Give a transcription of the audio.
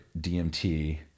DMT